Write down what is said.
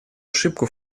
ошибку